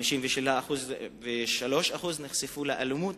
53% נחשפו לאלימות